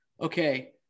okay